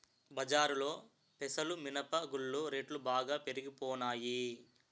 బజారులో పెసలు మినప గుళ్ళు రేట్లు బాగా పెరిగిపోనాయి